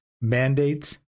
mandates